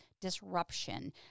disruption